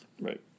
right